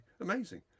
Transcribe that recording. amazing